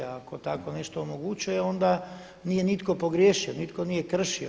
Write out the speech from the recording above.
Ako tako nešto omogućuje, onda nije nitko pogriješio, nitko nije kršio.